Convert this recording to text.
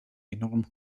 enorm